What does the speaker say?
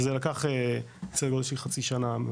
זה לקח סדר גודל של חצי שנה,